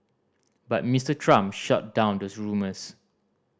but Mister Trump shot down those rumours